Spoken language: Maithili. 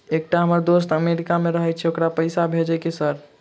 एकटा हम्मर दोस्त अमेरिका मे रहैय छै ओकरा पैसा भेजब सर?